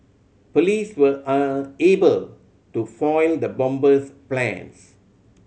police were unable to foil the bomber's plans